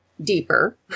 deeper